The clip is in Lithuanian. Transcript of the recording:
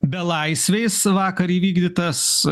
belaisviais vakar įvykdytas